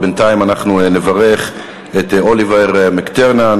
ובינתיים אנחנו נברך את אוליבר מקטֶרנאן,